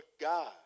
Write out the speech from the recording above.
God